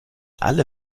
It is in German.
alle